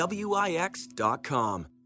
Wix.com